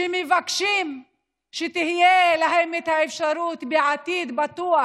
שמבקשים שתהיה להם אפשרות לעתיד בטוח